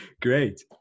Great